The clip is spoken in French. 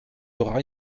aura